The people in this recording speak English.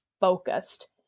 focused